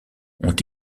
ont